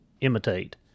imitate